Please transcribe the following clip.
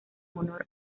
honor